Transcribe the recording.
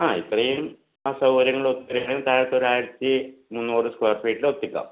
ആ ഇത്രയും സൗകര്യങ്ങളൊക്കെയും താഴത്ത് ഒരു ആയിരത്തി മൂന്നൂറ് സ്കൊയർ ഫീറ്റിലൊപ്പിക്കാം